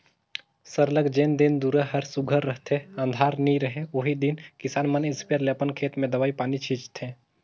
सरलग जेन दिन दुरा हर सुग्घर रहथे अंधार नी रहें ओही दिन किसान मन इस्पेयर ले अपन खेत में दवई पानी छींचथें